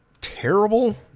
terrible